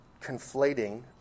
conflating